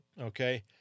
Okay